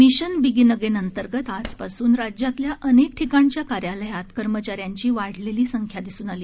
mission begin again अंतर्गत आजपासून राज्यातल्या अनेक ठिकाणच्या कार्यालयात कर्मचाऱ्यांची वाढलेली संख्या दिसून आली